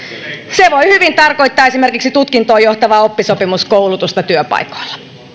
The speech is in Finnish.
se voi hyvin tarkoittaa esimerkiksi tutkintoon johtavaa oppisopimuskoulutusta työpaikoilla